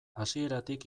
hasieratik